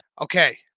Okay